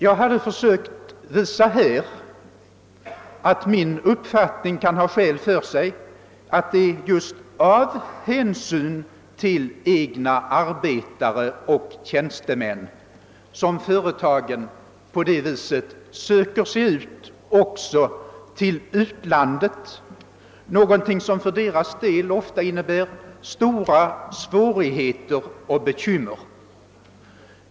Jag hade här försökt visa, att min uppfattning kan ha skäl för sig, att det är just av hänsyn till sina egna arbetare och tjänstemän som företagen på det viset söker sig ut till utlandet, någonting som för deras del ofta innebär stora svårigheter och bekymmer.